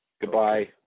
Goodbye